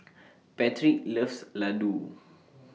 Patric loves Ladoo